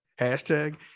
hashtag